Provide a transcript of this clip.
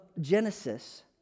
Genesis